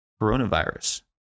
coronavirus